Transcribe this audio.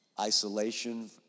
isolation